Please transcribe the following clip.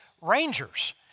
Rangers